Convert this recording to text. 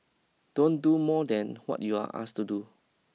don't do more than what you're asked to do